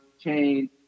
change